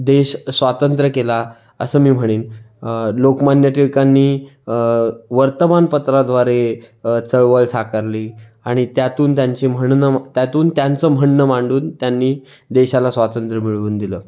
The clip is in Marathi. देश स्वतंत्र केला असं मी म्हणीन लोकमान्य टिळकांनी वर्तमानपत्राद्वारे चळवळ साकारली आणि त्यातून त्यांचे म्हणणं त्यातून त्यांचं म्हणणं मांडून त्यांनी देशाला स्वातंत्र्य मिळवून दिलं